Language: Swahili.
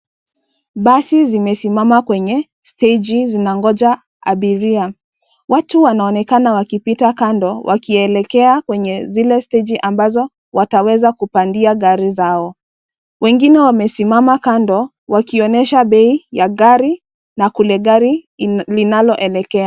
Basi zimesimama kwenye steji zinangoja abiria, watu wanaonekana wakipita kando wakielekea kwenye zile steji ambazo wataweza kupandia gari zao. Wengine wamesimama kando, wakionyesha bei ya gari na kule gari linaloelekea.